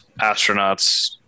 astronauts